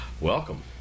Welcome